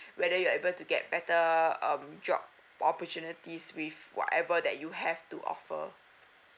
whether you are able to get better um job opportunities with whatever that you have to offer